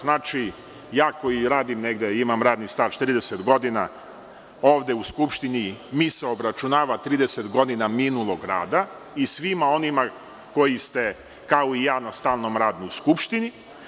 Znači, ja koji imam radni staž 30 godina ovde u Skupštini, meni se obračunava 30 godina minulog rada i svima onima koji ste kao i ja na stalnom radu u Skupštini.